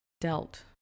dealt